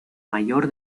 mayor